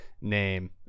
name